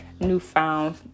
newfound